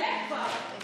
סעיפים 1 33